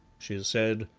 she said,